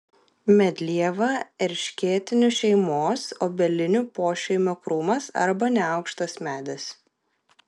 medlieva erškėtinių šeimos obelinių pošeimio krūmas arba neaukštas medis